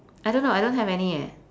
I don't know I don't have any eh